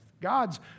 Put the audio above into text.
God's